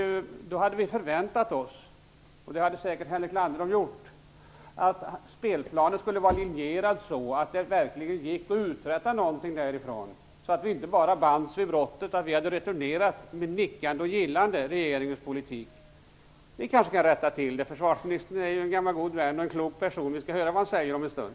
Vi hade förväntat oss, och det hade säkert Henrik Landerholm gjort, att spelplanen skulle vara linjerad så att det verkligen gick att uträtta något där, så att vi inte bara bands vid brottet att vi hade med en nick av gillande returnerat regeringens politik. Vi kanske kan rätta till det. Försvarsministern är en gammal god vän och en klok person. Vi skall höra vad han säger om en stund.